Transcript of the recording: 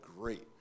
great